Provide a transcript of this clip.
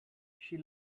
she